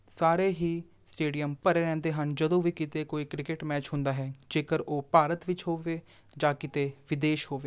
ਸਾਰੇ ਹੀ ਸਟੇਡੀਅਮ ਭਰੇ ਰਹਿੰਦੇ ਹਨ ਜਦੋਂ ਵੀ ਕਿਤੇ ਕੋਈ ਕ੍ਰਿਕੇਟ ਮੈਚ ਹੁੰਦਾ ਹੈ ਜੇਕਰ ਉਹ ਭਾਰਤ ਵਿੱਚ ਹੋਵੇ ਜਾਂ ਕਿਤੇ ਵਿਦੇਸ਼ ਹੋਵੇ